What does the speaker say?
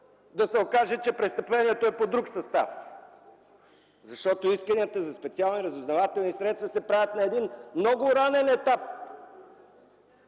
да се окаже, че престъплението е по друг състав. Защото исканията за специални разузнавателни средства се правят на много ранен етап,